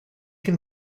can